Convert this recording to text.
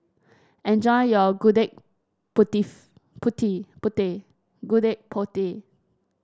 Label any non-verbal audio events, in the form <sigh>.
enjoy your Gudeg <unintelligible> Putih Gudeg Putih